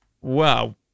Wow